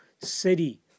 City